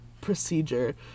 procedure